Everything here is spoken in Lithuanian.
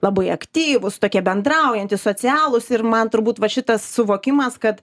labai aktyvūs tokie bendraujantys socialūs ir man turbūt va šitas suvokimas kad